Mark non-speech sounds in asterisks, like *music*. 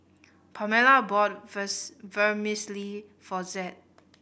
Pamela bought *unintelligible* Vermicelli for Zed